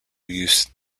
use